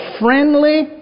friendly